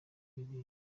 birira